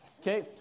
Okay